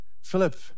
Philip